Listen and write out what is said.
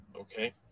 Okay